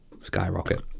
skyrocket